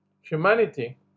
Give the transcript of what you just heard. humanity